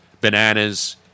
bananas